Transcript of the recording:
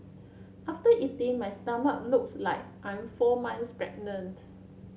after eating my stomach looks like I'm four months pregnant